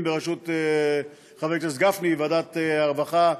בראשות חבר הכנסת גפני וועדת הרווחה,